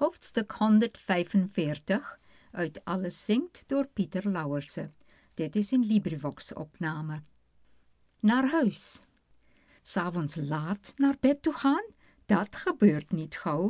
hy opnamen aar huis s avonds laat naar bed toe gaan dat gebeurt niet gauw